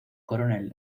coronel